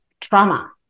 trauma